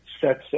sets